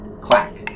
Clack